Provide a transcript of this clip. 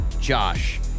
Josh